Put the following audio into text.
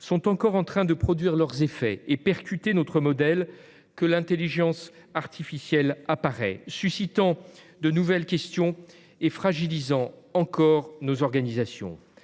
sont encore en train de produire leurs effets, en percutant notre modèle, que l'intelligence artificielle apparaît, suscitant de nouvelles questions et fragilisant encore nos organisations.